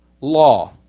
law